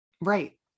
Right